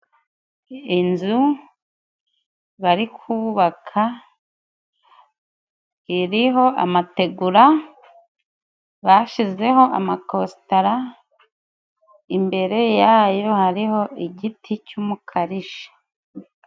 Inzu bari kubaka iriho amategura bashizeho amakositara, imbere yayo hariho igiti cy'umukarishi.